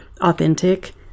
authentic